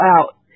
out